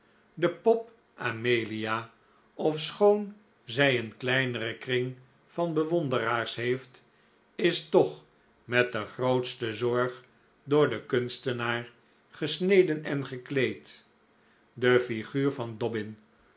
de pop amelia ofschoon zij een kleineren kring van bewonderaars heeft is toch met de grootste zorg door den kunstenaar gesneden en gekleed de flguur van